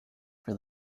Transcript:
for